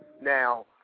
Now